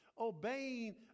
obeying